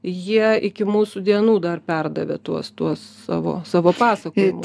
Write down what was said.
jie iki mūsų dienų dar perdavė tuos tuos savo savo pasakojimus